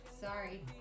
Sorry